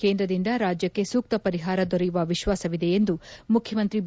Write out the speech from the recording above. ಕೇಂದ್ರದಿಂದ ರಾಜ್ಯಕ್ಕೆ ಸೂಕ್ತ ಪರಿಹಾರ ದೊರೆಯುವ ವಿಶ್ವಾಸವಿದೆ ಎಂದು ಮುಖ್ಯಮಂತ್ರಿ ಬಿ